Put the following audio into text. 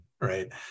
right